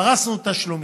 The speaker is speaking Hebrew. פרסנו לתשלומים.